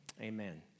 Amen